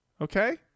Okay